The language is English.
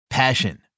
passion